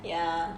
ya